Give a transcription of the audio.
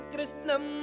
Krishnam